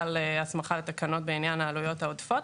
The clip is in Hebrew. הסמכה לתקנות בעניין העלויות העודפות,